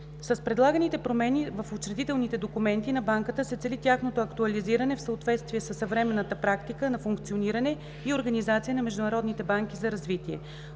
С предлаганите промени в учредителните документи на Банката се цели тяхното актуализиране в съответствие със съвременната практика на функциониране и организация на международните банки за развитие.